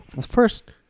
first